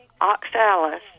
oxalis